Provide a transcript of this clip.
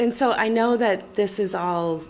and so i know that this is all